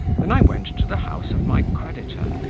than i went to the house of my creditor,